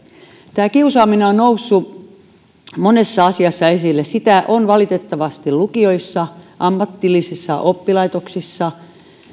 tämä kiusaaminen on noussut monessa asiassa esille sitä on valitettavasti lukioissa ammatillisissa oppilaitoksissa